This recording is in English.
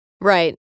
Right